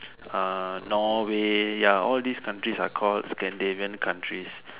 ah Norway ya all these countries are called Scandinavian countries